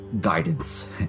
guidance